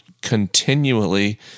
Continually